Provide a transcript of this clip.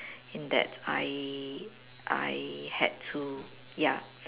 in that I I had to ya